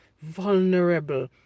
vulnerable